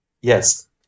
Yes